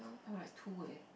I write two leh